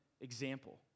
example